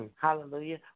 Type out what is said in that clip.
hallelujah